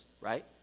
right